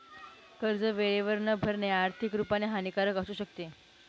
कर्ज वेळेवर न भरणे, आर्थिक रुपाने हानिकारक असू शकते